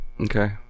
Okay